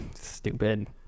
stupid